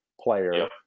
player